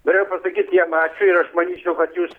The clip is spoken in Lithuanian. norėjau pasakyt jiem ačiū ir aš manyčiau kad jūs